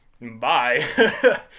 bye